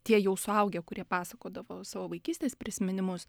tie jau suaugę kurie pasakodavo savo vaikystės prisiminimus